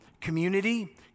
community